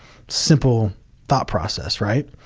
simple thought process, right?